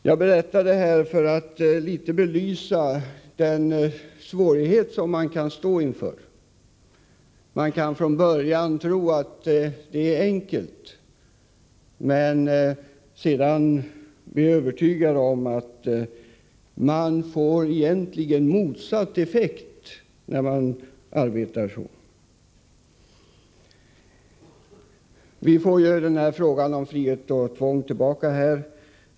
Jag berättar det här för att något belysa de svårigheter man kan ställas inför. Man kan från början tro att det är enkelt men sedan bli övertygad om att effekten blir motsatt den man avsett när man arbetar på det sättet. Frågan om frihet eller tvång kommer vi att få tillbaka.